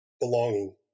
belonging